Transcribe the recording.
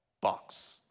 box